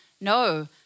No